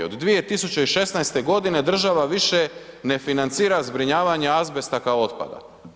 Od 2016. g. država više ne financira zbrinjavanje azbesta kao otpada.